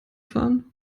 fahren